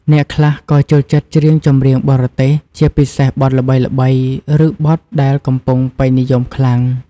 អ្នកខ្លះក៏ចូលចិត្តច្រៀងចម្រៀងបរទេស ជាពិសេសបទល្បីៗ ឬបទដែលកំពុងពេញនិយមខ្លាំង។